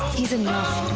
he's enough.